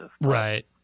Right